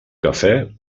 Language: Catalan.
cafè